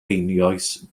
einioes